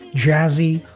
jazzy,